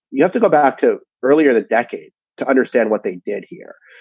you have to go back to earlier that decade to understand what they did here.